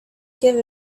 give